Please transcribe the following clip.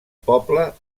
poble